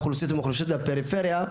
אני אמון גם על האוכלוסיות המוחלשות והפריפריה,